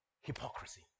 hypocrisy